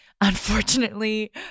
Unfortunately